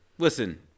Listen